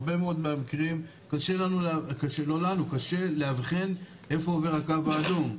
הרבה מאוד מהמקרים קשה לאבחן איפה עובר הקו האדום,